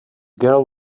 girl